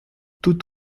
tout